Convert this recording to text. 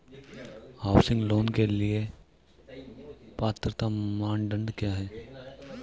Housing loan के लिए पात्रता मानदंड क्या हैं?